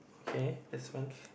okay that's one